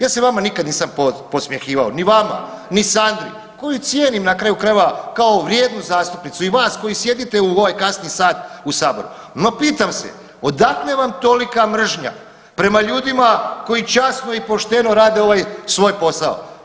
Ja se vama nikada nisam podsmjehivao ni vama, ni Sandri, koju cijenim na kraju krajeva kao vrijednu zastupnicu i vas koji sjedite u ovaj kasni sat u saboru, no pitam se odakle vam tolika mržnja prema ljudima koji časno i pošteno rade ovaj svoj posao.